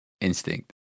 instinct